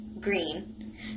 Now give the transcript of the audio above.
green